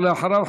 ואחריו,